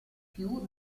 più